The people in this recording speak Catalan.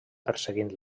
perseguint